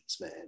man